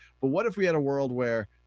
but what if we had a world where,